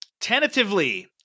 Tentatively